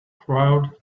proud